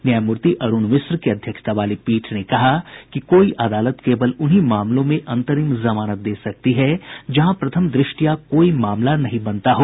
न्यायमूर्ति अरूण मिश्र की अध्यक्षता वाली पीठ ने कहा कि कोई अदालत केवल उन्हीं मामलों में अंतरिम जमानत दे सकती है जहां प्रथम दृष्टया कोई मामला नहीं बनता हो